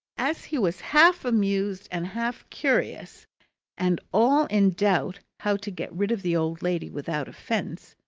as he was half amused and half curious and all in doubt how to get rid of the old lady without offence,